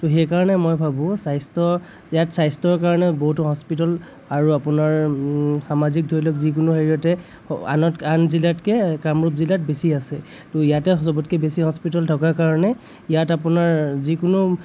সেইকাৰণে মই ভাবোঁ স্বাস্থ্য ইয়াত স্বাস্থ্যৰ কাৰণে বহুতো হস্পিতেল আৰু আপোনাৰ সামাজিক ধৰি লওক যিকোনো হেৰিয়তে আনতকে আন জিলাতকে কামৰূপ জিলাত বেছি আছে ত' ইয়াতে চবতকে বেছি হস্পিতেল থকাৰ কাৰণে ইয়াত আপোনাৰ যিকোনো